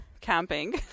camping